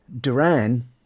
Duran